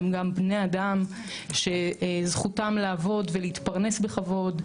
הם גם בני אדם שזכותם לעבוד ולהתפרנס בכבוד,